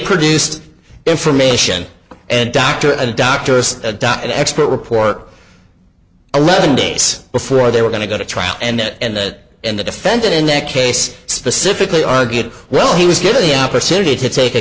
produced information and doctor and doctors adopt an expert report eleven days before they were going to go to trial and that and the defendant in that case specifically argued well he was given the opportunity to take a